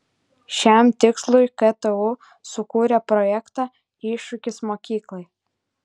šiam tikslui ktu sukūrė projektą iššūkis mokyklai